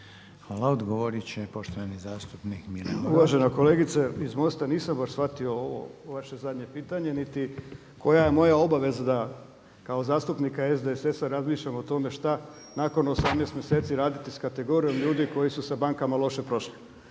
Horvat. **Horvat, Mile (SDSS)** Uvažena kolegice iz MOST-a nisam baš shvatio ovo vaše zadnje pitanje niti koja je moja obaveza da kao zastupnika SDSS-a razmišljam o tome šta nakon 18 mjeseci raditi sa kategorijom ljudi koji su sa bankama loše prošli.